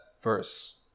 verse